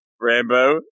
Rambo